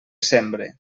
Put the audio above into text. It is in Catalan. sembre